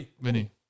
Vinny